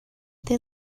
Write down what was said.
they